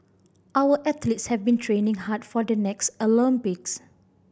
our athletes have been training hard for the next Olympics